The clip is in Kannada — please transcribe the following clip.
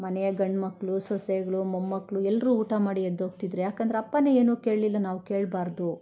ಮನೆಯ ಗಂಡ್ಮಕ್ಳು ಸೊಸೆಗಳು ಮೊಮ್ಮಕ್ಕಳು ಎಲ್ಲರೂ ಊಟ ಮಾಡಿ ಎದ್ದೋಗ್ತಿದ್ರು ಯಾಕಂದ್ರೆ ಅಪ್ಪನೇ ಏನೂ ಕೇಳಲಿಲ್ಲ ನಾವು ಕೇಳಬಾರ್ದು